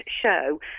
show